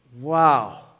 Wow